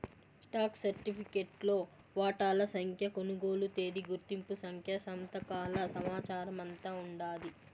stock సరిఫికెట్లో వాటాల సంఖ్య, కొనుగోలు తేదీ, గుర్తింపు సంఖ్య, సంతకాల సమాచారమంతా ఉండాది